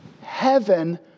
heaven